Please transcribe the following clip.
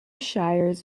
shires